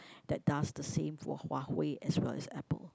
that does the same for Huawei as well as Apple